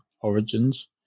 Origins